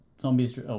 zombies